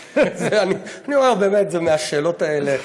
אני אומר, באמת, זה מהשאלות האלה.